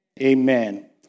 Amen